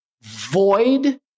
void